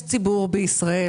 יש ציבור בישראל,